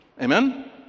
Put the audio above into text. Amen